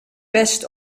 best